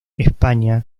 españa